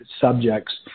subjects